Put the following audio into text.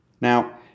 Now